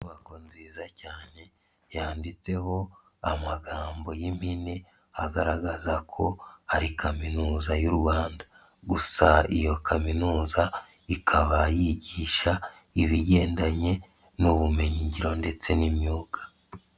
Inyubako nziza cyane yanditseho amagambo y'impine agaragaza ko hari Kaminuza y'u Rwanda, gusa iyo Kaminuza ikaba yigisha ibigendanye n'ubumenyingiro ndetse n'imyuga.